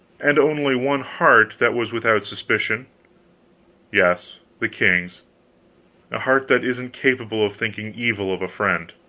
and only one heart that was without suspicion yes the king's a heart that isn't capable of thinking evil of a friend.